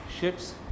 ships